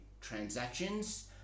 transactions